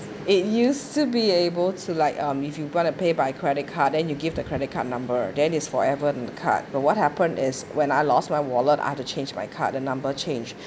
it used to be able to like um if you've got to pay by credit card then you give the credit card number then it's forever in the card but what happens is when I lost my wallet I had to change my card the number changed